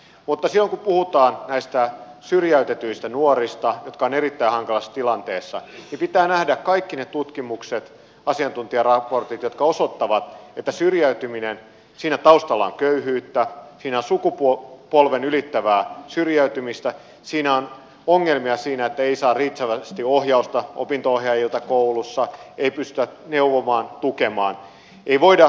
mutta silloin kun puhutaan näistä syrjäytetyistä nuorista jotka ovat erittäin hankalassa tilanteessa pitää nähdä kaikki ne tutkimukset asiantuntijaraportit jotka osoittavat että siinä syrjäytymisen taustalla on köyhyyttä siinä on sukupolven ylittävää syrjäytymistä on ongelmia siinä että ei saa riittävästi ohjausta opinto ohjaajilta koulussa ei pystytä neuvomaan tukemaan